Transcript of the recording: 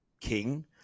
king